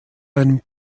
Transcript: einem